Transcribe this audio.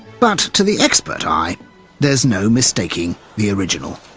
but to the expert eye there's no mistaking the original.